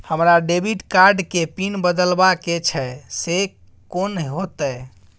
हमरा debit card के PIN बदलवा के छै से कोन होतै?